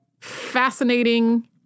fascinating